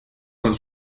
con